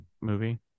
movie